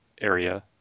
area